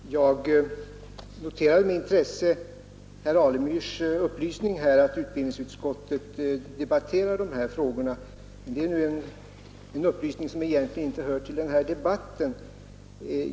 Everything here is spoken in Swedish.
Herr talman! Jag noterade med intresse herr Alemyrs upplysning att utbildningsutskottet debatterar dessa frågor. Det är en upplysning som egentligen inte hör till denna debatt.